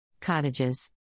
Cottages